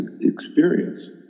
experience